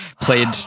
played